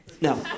No